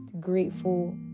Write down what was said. grateful